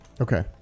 Okay